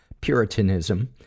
puritanism